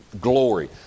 Glory